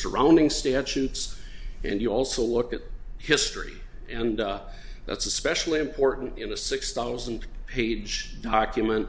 surrounding statutes and you also look at history and up that's especially important in a six thousand page document